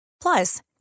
plus